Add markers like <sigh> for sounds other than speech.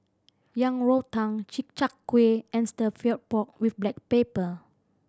Yang Rou Tang Chi Kak Kuih and stir <unintelligible> pork with black pepper